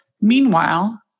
Meanwhile